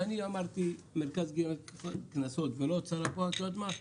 כשאמרתי מרכז קנסות ולא הוצאה לפועל את יודעת מה,